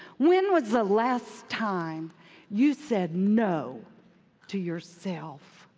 when was the last time you said no to yourself?